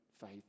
faith